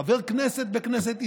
חבר כנסת בכנסת ישראל.